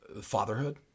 fatherhood